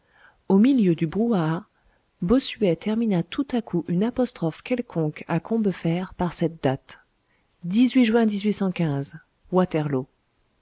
au milieu du brouhaha bossuet termina tout à coup une apostrophe quelconque à combeferre par cette date juin waterloo